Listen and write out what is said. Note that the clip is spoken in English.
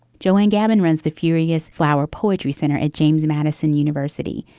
joanne gavin runs the furious flower poetry center at james madison university.